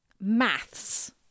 maths